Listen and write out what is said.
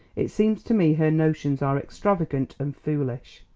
it seems to me her notions are extravagant and foolish.